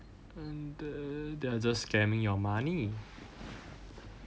and then they are just scamming your money